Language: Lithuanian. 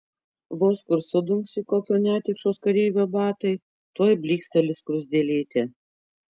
vos kur sudunksi kokio netikšos kareivio batai tuoj blyksteli skruzdėlytė